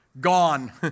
Gone